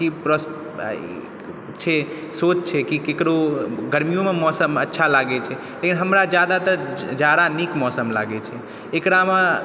ई प्रश्न सोच छै कि केकरो गर्मियोमे मौसम अच्छा लागै छै तैयो हमरा जाड़ा नीक मौसम लागै छै एकरामे ई रहै छै